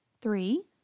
Three